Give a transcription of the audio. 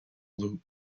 loop